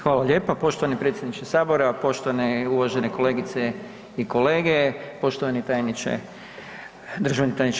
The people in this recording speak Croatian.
Hvala lijepa poštovani predsjedniče sabora, poštovane i uvažene kolegice i kolege, poštovani tajniče, državni tajniče.